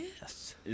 Yes